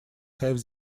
have